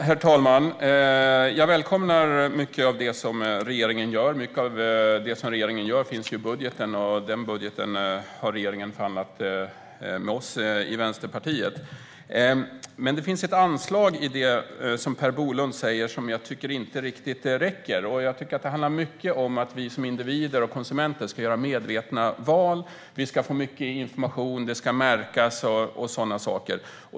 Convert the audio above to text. Herr talman! Jag välkomnar mycket av det som regeringen gör. Det finns ju i budgeten, och den har regeringen förhandlat om med oss i Vänsterpartiet. Men det finns ett anslag i det som Per Bolund säger som jag inte riktigt tycker räcker. Jag tycker att det handlar mycket om att vi som individer och konsumenter ska göra medvetna val. Vi ska få mycket information, det ska märkas och sådana saker.